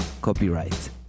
Copyright